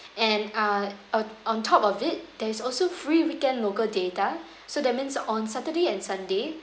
and uh on on top of it there is also free weekend local data so that means on saturday and sunday